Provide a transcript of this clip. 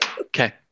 Okay